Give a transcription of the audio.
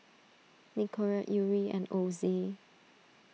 Nicorette Yuri and Ozi